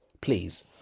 Please